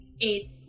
eight